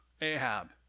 Ahab